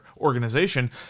organization